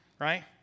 right